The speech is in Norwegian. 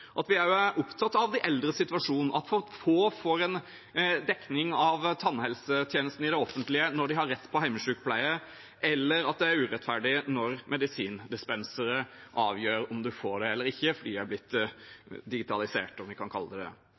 at vi også er opptatt av de eldres situasjon, at for få får dekket tannhelsetjenester av det offentlige når de har rett på hjemmesykepleie, eller at det er urettferdig når medisindispensere avgjør om man får det eller ikke, fordi det er blitt digitalisert – om vi kan kalle det